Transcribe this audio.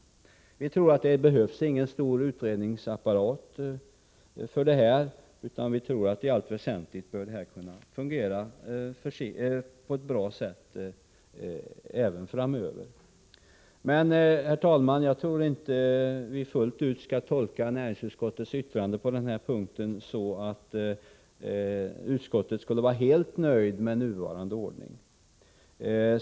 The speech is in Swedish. Vi tror inte att det behövs någon stor utredningsapparat för detta, utan vi tror att detta i allt väsentligt bör kunna fungera på ett bra sätt även framöver. Herr talman! Jag tror inte att vi fullt ut skall tolka näringsutskottets yttrande på den här punkten som att utskottet skulle vara helt nöjt med nuvarande ordning.